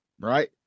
right